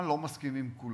אני לא מסכים עם כולו,